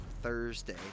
Thursday